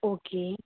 okay